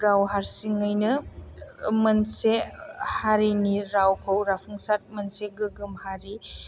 गाव हारसिङैनो मोनसे हारिनि रावखौ जाफुंसार मोनसे गोगोम हारि